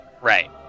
Right